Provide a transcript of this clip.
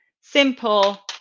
simple